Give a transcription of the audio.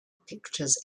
pictures